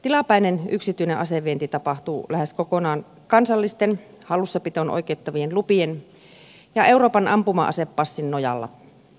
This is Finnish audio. tilapäinen yksityinen asevienti tapahtuu lähes kokonaan kansallisten hallussapitoon oikeuttavien lupien ja euroopan ampuma asepassin nojalla